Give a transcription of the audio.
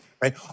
right